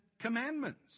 Commandments